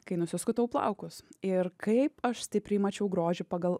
kai nusiskutau plaukus ir kaip aš stipriai mačiau grožį pagal